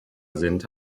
sind